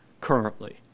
currently